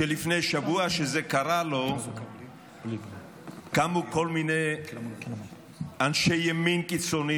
שכשזה קרה לו קמו כל מיני אנשי ימין קיצוני